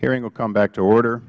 hearing will come back to order